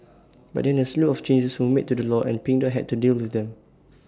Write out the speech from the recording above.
but then A slew of changes were made to the law and pink dot had to deal with them